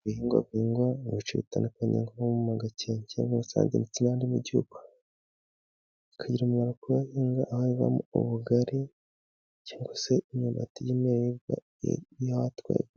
Ibihingwa bihingwa mu bice bitandukanye, nko mu Gakenke, Musanze, ndetse n'ahandi mu gihugu. Bukagira umumaro ku bahinga, aho havamo ubugari, cyangwa se imyumbati,